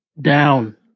down